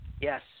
Yes